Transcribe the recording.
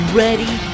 ready